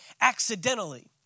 accidentally